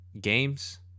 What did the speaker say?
games